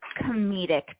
comedic